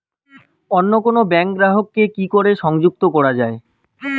অন্য কোনো ব্যাংক গ্রাহক কে কি করে সংযুক্ত করা য়ায়?